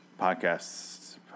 Podcasts